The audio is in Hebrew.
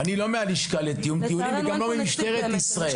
וגם לא ממשטרת ישראל.